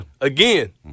again